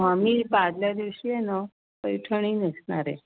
आम्ही पहा आदल्या दिवशी आहे ना पैठणी नेसणार आहे